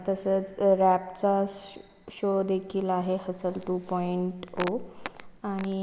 तसंच रॅपचा श शो देखील आहे हसल टू पॉइंट ओ आणि